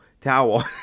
Towel